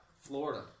Florida